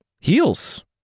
heels